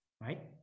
right